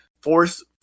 force